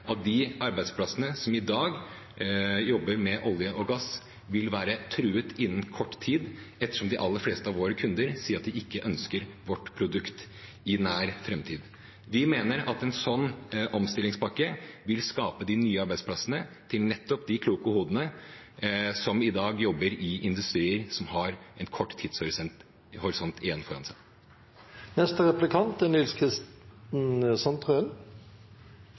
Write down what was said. at de arbeidsplassene som i dag er innenfor olje og gass, vil være truet innen kort tid, ettersom de aller fleste av våre kunder sier at de ikke ønsker vårt produkt i nær framtid. Vi mener at en slik omstillingspakke vil skape de nye arbeidsplassene til nettopp de kloke hodene som i dag jobber i industrier som har en kort tidshorisont foran seg.